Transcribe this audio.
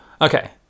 Okay